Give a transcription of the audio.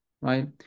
right